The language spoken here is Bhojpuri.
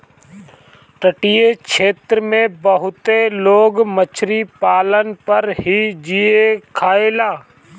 तटीय क्षेत्र में बहुते लोग मछरी पालन पर ही जिए खायेला